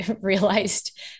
realized